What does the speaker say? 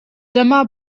dyma